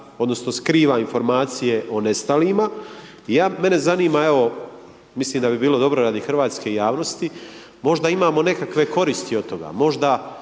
odnosno skriva informacije o nestalima i ja, mene zanima evo mislim da bi bilo dobro radi hrvatske javnosti, možda imamo nekakve koristi od toga, možda